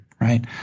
Right